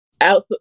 out